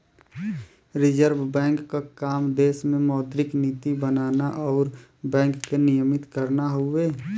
reserve Bank क काम देश में मौद्रिक नीति बनाना आउर बैंक के नियमित करना हउवे